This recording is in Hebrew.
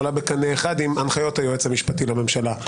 עולה בקנה אחד עם הנחיות היועץ המשפטי לממשלה?